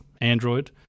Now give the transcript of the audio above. Android